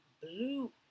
blue